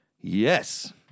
Yes